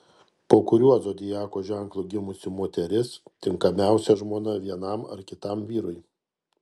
po kuriuo zodiako ženklu gimusi moteris tinkamiausia žmona vienam ar kitam vyrui